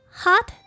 hot